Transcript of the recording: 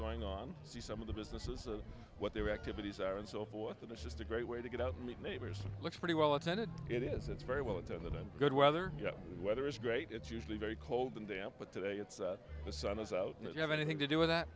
going on see some of the businesses what their activities are and so forth and it's just a great way to get out and meet neighbors looks pretty well attended it is it's very well in the good weather the weather is great it's usually very cold and damp but today it's the sun is out and you have anything to do with that